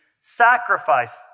sacrifice